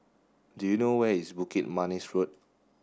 do you know where is Bukit Manis Road